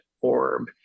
orb